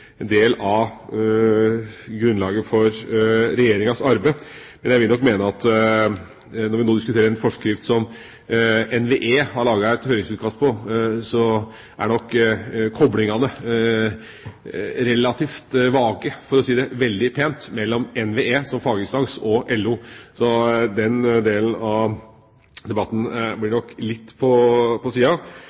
del av grunnlaget for Regjeringens arbeid, men jeg vil nok mene at når vi nå diskuterer en forskrift som NVE har laget et høringsutkast på, så er koblingene relativt vage, for å si det veldig pent, mellom NVE som faginstans, og LO. Så den delen av debatten blir litt på